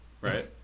right